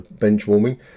bench-warming